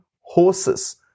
horses